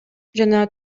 жана